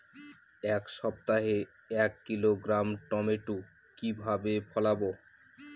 এক সপ্তাহে এক কিলোগ্রাম টমেটো কিভাবে ফলাবো?